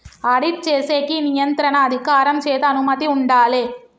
audit చేసేకి నియంత్రణ అధికారం చేత అనుమతి ఉండాలే